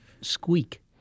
squeak